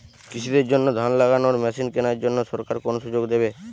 কৃষি দের জন্য ধান লাগানোর মেশিন কেনার জন্য সরকার কোন সুযোগ দেবে?